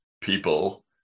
people